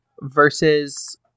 versus